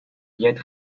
yet